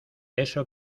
eso